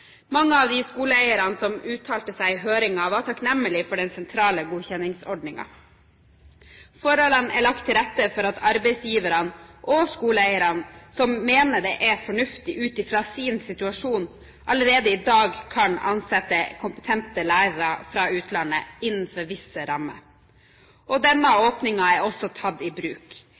Mange av de skoleeierne som uttalte seg i høringen, var takknemlige for den sentrale godkjenningsordningen. Forholdene er lagt til rette for at arbeidsgiverne og skoleeierne som mener det er fornuftig ut fra sin situasjon, allerede i dag skal kunne ansette kompetente lærere fra utlandet innenfor visse rammer. Denne åpningen er også tatt i bruk.